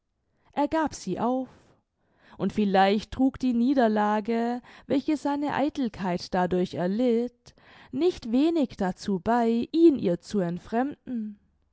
er gab sie auf und vielleicht trug die niederlage welche seine eitelkeit dadurch erlitt nicht wenig dazu bei ihn ihr zu entfremden